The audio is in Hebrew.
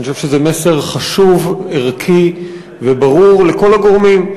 אני חושב שזה מסר חשוב, ערכי וברור לכל הגורמים.